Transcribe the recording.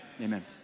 Amen